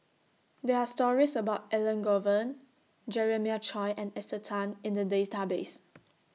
There Are stories about Elangovan Jeremiah Choy and Esther Tan in The Database